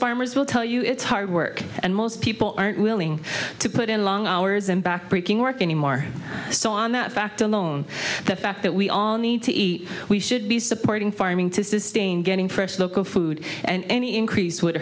farmers will tell you it's hard work and most people aren't willing to put in long hours and back breaking work any more so on that fact alone the fact that we all need to eat we should be supporting farming to sustain getting fresh local food and any increase would